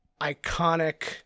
iconic